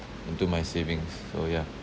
into my savings so yeah